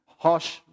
harsh